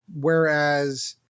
Whereas